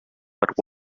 but